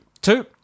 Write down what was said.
Two